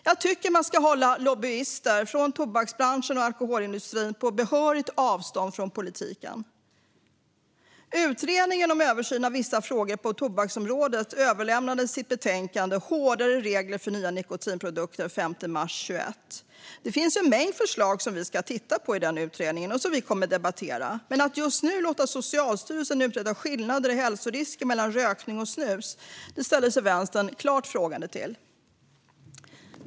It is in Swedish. Jag tycker att man ska hålla lobbyister från tobaksbranschen och alkoholindustrin på behörigt avstånd från politiken. Utredningen om översyn av vissa frågor på tobaksområdet överlämnade sitt betänkande Hårdare regler för nya nikotinprodukter den 5 mars 2021. Det finns en mängd förslag som vi ska titta på i utredningen och som vi kommer att debattera. Men att just nu låta Socialstyrelsen utreda skillnader i hälsorisker mellan rökning och snus ställer sig Vänstern klart frågande till.